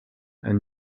and